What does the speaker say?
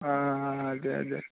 అదే అదే